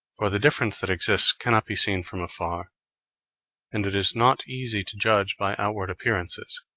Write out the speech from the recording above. for the difference that exists cannot be seen from afar and it is not easy to judge by outward appearances,